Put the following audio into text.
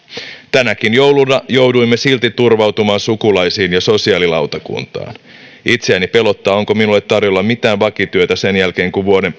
tänäkin jouluna jouduimme silti turvautumaan sukulaisiin ja sosiaalilautakuntaan itseäni pelottaa onko minulle tarjolla mitään vakityötä sen jälkeen kun vuoden